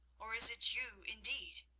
or is it you indeed?